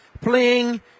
playing